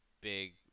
big